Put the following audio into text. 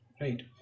right